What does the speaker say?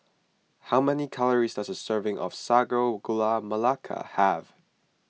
how many calories does a serving of Sago Gula Melaka have